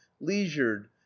leisured